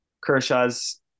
Kershaw's